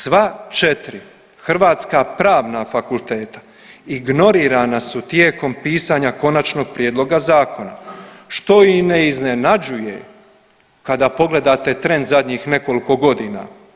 Sva četiri hrvatska pravna fakulteta ignorirana su tijekom pisanja konačnog prijedloga zakona što i ne iznenađuje kada pogledate trend zadnjih nekoliko godina.